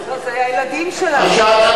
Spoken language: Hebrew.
לא, לילדים שלנו.